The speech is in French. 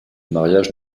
mariage